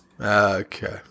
Okay